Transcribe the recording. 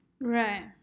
Right